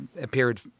appeared